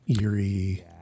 eerie